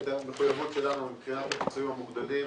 המחויבות שלנו מבחינת הפיצויים המוגדלים